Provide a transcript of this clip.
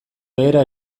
behera